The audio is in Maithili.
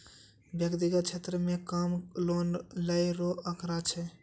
व्यक्तिगत क्षेत्रो म कम लोन लै रो आंकड़ा छै